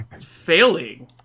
failing